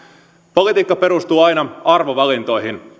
politiikka perustuu aina arvovalintoihin